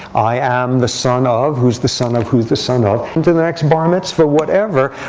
i am the son of, who's the son of, who's the son of. into the next bar mitzvah, whatever.